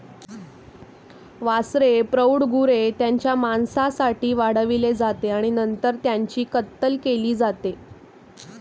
वासरे प्रौढ गुरे त्यांच्या मांसासाठी वाढवली जाते आणि नंतर त्यांची कत्तल केली जाते